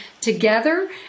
together